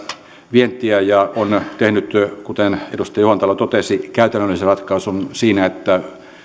vientiä ja on tehnyt kuten edustaja juhantalo totesi käytännöllisen ratkaisun siinä että